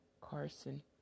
Carson